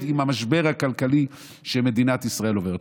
עם המשבר הכלכלי שמדינת ישראל עוברת.